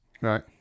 Right